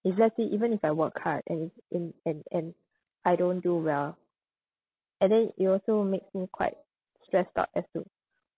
if let's say even if I work hard and and and and I don't do well and then it also makes me quite stressed out as to